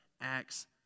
acts